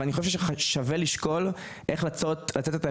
ואני חושב ששווה לשקול איך לתת גם לעמותות